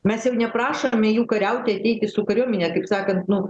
mes jau neprašome jų kariauti ateiti su kariuomene kaip sakant nu